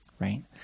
Right